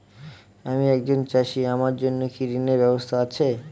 আমি একজন চাষী আমার জন্য কি ঋণের ব্যবস্থা আছে?